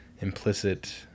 implicit